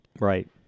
Right